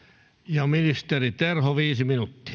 ja ministeri terho viisi